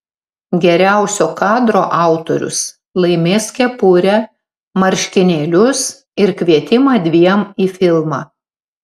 geriausio kadro autorius laimės kepurę marškinėlius ir kvietimą dviem į filmą